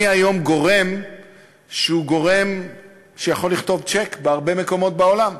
אני היום גורם שיכול לכתוב צ'ק בהרבה מקומות בעולם,